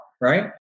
right